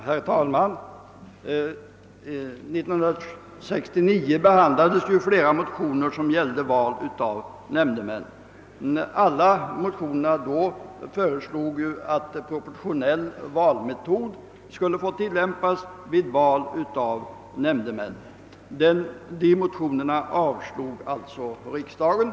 Herr talman! 1969 behandlades flera motioner som gällde val av nämndemän. Alla dessa motioner föreslog att proportionell valmetod skulle få tilllämpas vid val av nämndemän. Dessa motioner avslogs av riksdagen.